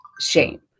shame